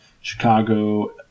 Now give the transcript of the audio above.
Chicago